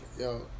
Yo